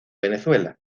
venezuela